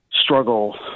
struggle